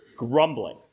Grumbling